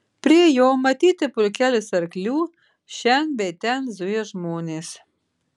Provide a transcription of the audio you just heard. prie jo matyti pulkelis arklių šen bei ten zuja žmonės